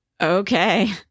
Okay